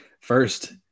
First